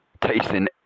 tasting